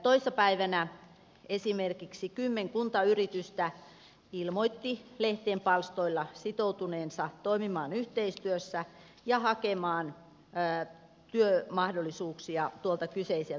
toissa päivänä esimerkiksi kymmenkunta yritystä ilmoitti lehtien palstoilla sitoutuneensa toimimaan yhteistyössä ja hakemaan työmahdollisuuksia kyseiseltä alueelta